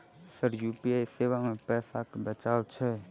Sir UPI सेवा मे पैसा केँ बचाब छैय?